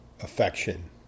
affection